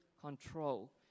control